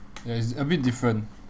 ya it's a bit different